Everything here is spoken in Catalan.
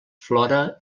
flora